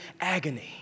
agony